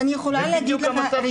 זה בדיוק המצב שאצלנו.